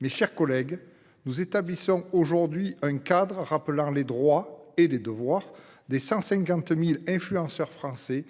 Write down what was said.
par la DGCCRF. Nous mettons aujourd'hui en place un cadre précisant les droits et les devoirs des 150 000 influenceurs français